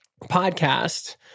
podcast